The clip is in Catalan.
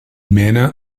mena